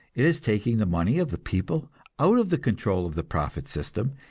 it is taking the money of the people out of the control of the profit system,